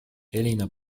elina